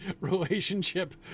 Relationship